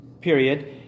period